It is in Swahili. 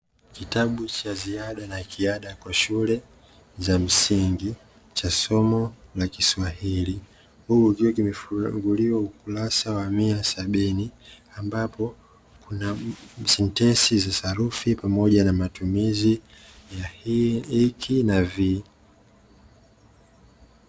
Kitabu cha ziada cha kiada kwa shule za msingi, cha somo la kiswahili huku kikiwa kimefunguliwa ukurasa wa mia sabini, ambapo kuna sentensi za sarufi pamoja na matumizi ya hiki na hivi.